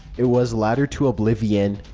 it was ladder to oblivion.